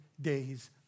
days